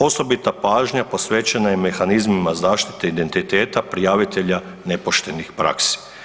Osobita pažnja posvećena je mehanizmima zaštite identiteta prijavitelja nepoštenih praksi.